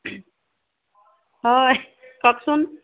হয় কওকচোন